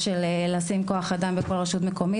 של לשים כוח אדם בכל רשות מקומית,